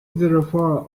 therefore